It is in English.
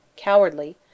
cowardly